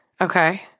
Okay